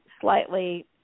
slightly